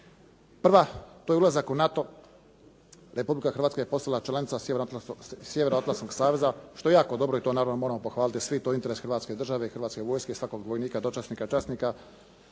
Prva, to je ulazak u NATO. Republika Hrvatska je postala članica Sjevernoatlantskog saveza što je jako dobro i to naravno moramo pohvaliti svi, to je interes Hrvatske države i Hrvatske vojske i svakog vojnika, dočasnika, časnika